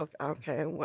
Okay